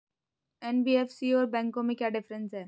NBFC और बैंकों में क्या डिफरेंस है?